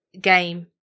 game